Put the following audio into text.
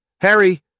Harry